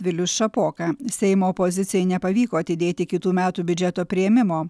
vilius šapoka seimo opozicijai nepavyko atidėti kitų metų biudžeto priėmimo